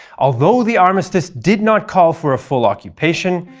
although the armistice did not call for a full occupation,